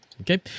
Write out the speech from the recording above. Okay